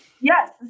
yes